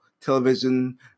television